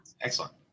Excellent